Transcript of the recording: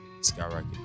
skyrocket